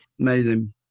amazing